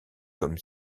comme